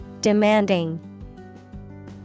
Demanding